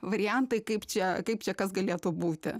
variantai kaip čia kaip čia kas galėtų būti